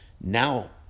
now